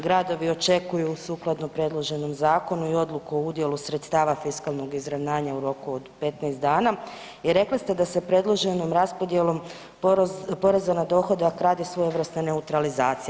Gradovi očekuju sukladno predloženom zakonu i odluku o udjelu sredstava fiskalnog izravnanja u roku od 15 dana i rekli ste da se predloženom raspodjelom poreza na dohodak radi svojevrsna neutralizacija.